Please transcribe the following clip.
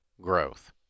growth